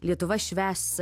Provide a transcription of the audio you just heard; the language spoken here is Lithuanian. lietuva švęs